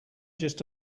just